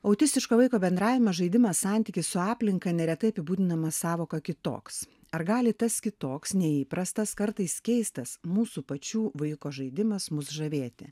autistiško vaiko bendravimas žaidimas santykis su aplinka neretai apibūdinamas sąvoka kitoks ar gali tas kitoks neįprastas kartais keistas mūsų pačių vaiko žaidimas mus žavėti